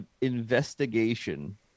investigation